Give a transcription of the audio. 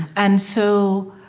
and so,